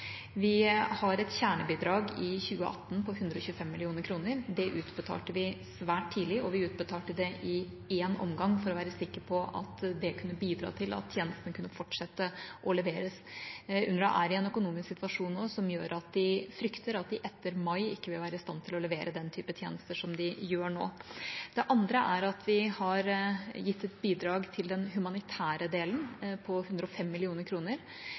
Vi har et kjernebidrag i 2018 på 125 mill. kr. Det utbetalte vi svært tidlig og i én omgang for å være sikre på at det kunne bidra til at tjenestene kunne fortsette å leveres. UNRWA er i en økonomisk situasjon nå som gjør at de frykter at de etter mai ikke vil være i stand til å levere den type tjenester som de gjør nå. Det andre er at vi har gitt et bidrag til den humanitære delen, på 105